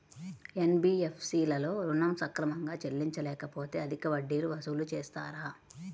NBFC లలో ఋణం సక్రమంగా చెల్లించలేకపోతె అధిక వడ్డీలు వసూలు చేస్తారా?